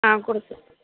ஆ குடுத்து